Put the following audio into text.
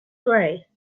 gray